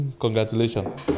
Congratulations